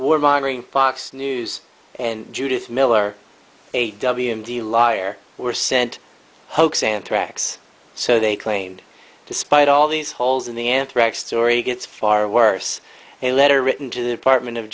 warmongering fox news and judith miller a w m d lyre were sent hoax anthrax so they claimed despite all these holes in the anthrax story gets far worse a letter written to the apartment of